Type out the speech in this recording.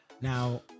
Now